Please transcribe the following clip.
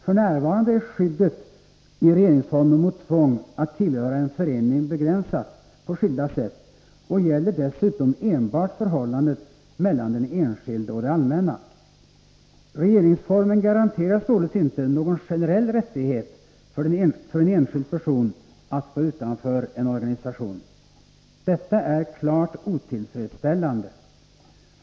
F.n. är skyddet i regeringsformen mot tvång att tillhöra en förening begränsat på skilda sätt och gäller dessutom enbart förhållandet mellan den enskilde och det allmänna. Regeringsformen garanterar således inte någon generell rättighet för en enskild person att stå utanför en organisation. Detta är klart otillfredsställande.